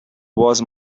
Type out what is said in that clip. was